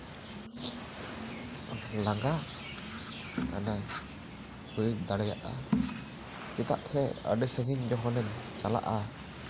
ᱞᱟᱸᱜᱟ ᱚᱱᱟ ᱦᱩᱭ ᱫᱟᱲᱮᱭᱟᱜᱼᱟ ᱪᱮᱫᱟᱜ ᱥᱮ ᱟᱹᱰᱤ ᱥᱟᱹᱜᱤᱧ ᱡᱚᱠᱷᱚᱱ ᱮᱢ ᱪᱟᱞᱟᱜᱼᱟ